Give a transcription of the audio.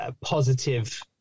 positive